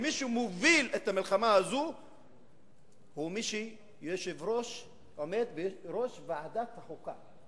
ומי שמוביל את המלחמה הזו הוא מי שעומד בראש ועדת חוקה,